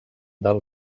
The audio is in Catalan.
del